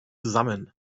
zusammen